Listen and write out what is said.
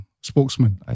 spokesman